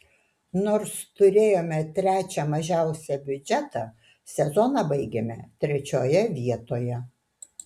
nors turėjome trečią mažiausią biudžetą sezoną baigėme trečioje vietoje